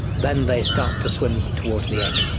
then they start to swim towards the egg,